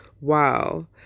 Wow